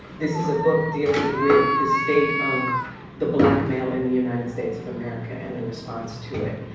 this is a book dealing with the state of the black male in the united states of america and the response to it.